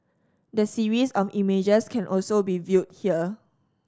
the series of images can also be viewed here